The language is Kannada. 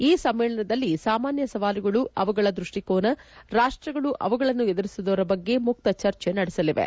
ಈ ಸಮ್ಮೇಳನದಲ್ಲಿ ಸಾಮಾನ್ಯ ಸವಾಲುಗಳು ಅವುಗಳ ದೃಷ್ಟಿಕೋನ ರಾಷ್ಷಗಳು ಅವುಗಳನ್ನು ಎದುರಿಸುವುದರ ಬಗ್ಗೆ ಮುಕ್ತ ಚರ್ಚೆ ನಡೆಸಲಿವೆ